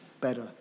better